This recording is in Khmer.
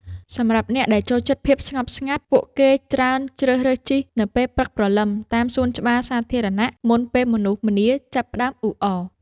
សម្រាប់អ្នកដែលចូលចិត្តភាពស្ងប់ស្ងាត់ ពួកគេច្រើនជ្រើសរើសជិះនៅពេលព្រឹកព្រលឹមតាមសួនច្បារសាធារណៈមុនពេលមនុស្សម្នាចាប់ផ្ដើមអ៊ូអរ។